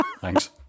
Thanks